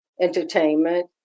entertainment